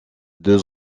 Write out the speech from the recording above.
deux